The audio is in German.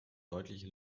deutliche